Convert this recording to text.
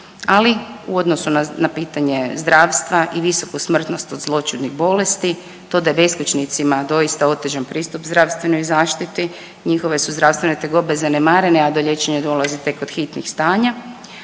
ali u odnosu na pitanje zdravstva i visoku smrtnost od zloćudnih bolesti, to da beskućnicima doista otežan pristup zdravstvenoj zaštiti, njihove su zdravstvene tegobe zanemarene, a do liječenja dolazi tek kod hitnih stanja,